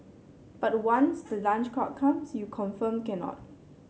but once the lunch crowd comes you confirmed cannot